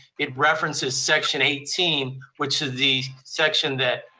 it references section eighteen, which is the section that